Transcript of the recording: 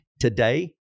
today